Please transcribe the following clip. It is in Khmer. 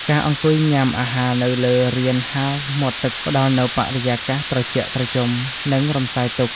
ការអង្គុយញ៉ាំអាហារនៅលើរានហាលមាត់ទឹក ផ្តល់នូវបរិយាកាសត្រជាក់ត្រជុំ និងរំសាយទុក្ខ។